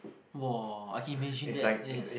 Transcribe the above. !wah! I can imagine that is